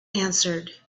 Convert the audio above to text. answered